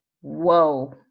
whoa